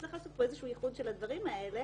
צריך לעשות פה איזשהו איחוד של הדברים האלה,